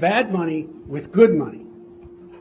bad money with good money